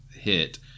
hit